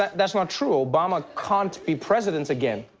that's not true. obama can't be president again.